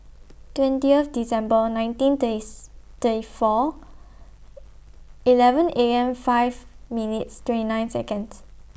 twentieth December nineteen Days thirty four eleven A M five minutes twenty nine Seconds